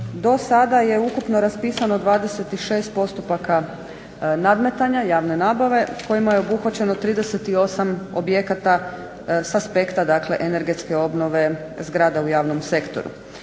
do sada je ukupno raspisano 26 postupaka nadmetanja javne nabave u kojima je obuhvaćeno 38 objekata sa aspekta energetske obnove zgrada u javnom sektoru.